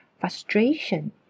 frustration